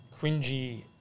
cringy